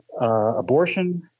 abortion